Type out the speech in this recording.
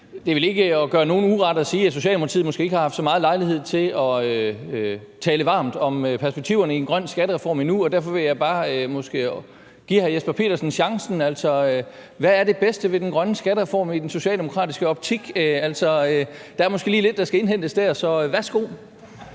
er vel ikke at gøre nogen uret at sige, at Socialdemokraterne måske ikke har haft så meget lejlighed til at tale varmt om perspektiverne i en grøn skattereform endnu, og derfor vil jeg bare give hr. Jesper Petersen chancen. Altså, hvad er det bedste ved den grønne skattereform i den socialdemokratiske optik? Der er måske lige lidt, der skal indhentes dér, så værsgo.